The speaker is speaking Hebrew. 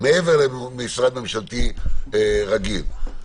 מעבר למשרד ממשלתי רגיל.